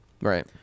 Right